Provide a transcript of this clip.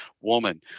woman